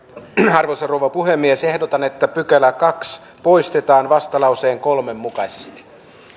arvoisa rouva puhemies ehdotan että toinen pykälä poistetaan vastalauseen kolme mukaisesti